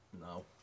No